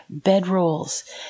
bedrolls